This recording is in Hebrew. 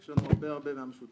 יש לנו הרבה מהמשותף.